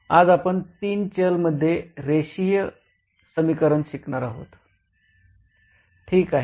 आज आपण तीन चल मध्ये रेषीय समीकरण शिकणार आहोत ठीक आहे